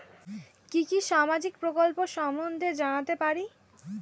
কি কি সামাজিক প্রকল্প সম্বন্ধে জানাতে পারি?